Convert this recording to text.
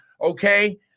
Okay